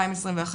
בוקר טוב.